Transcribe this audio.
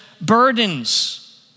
burdens